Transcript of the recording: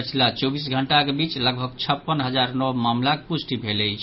पछिला चौबीस घंटाक बीच लगभग छप्पन हजार नव मामिलाक पुष्टि भेल अछि